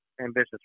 ambitious